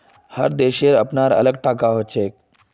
हर देशेर अपनार अलग टाका हछेक